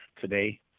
today